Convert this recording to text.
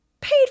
paid